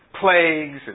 plagues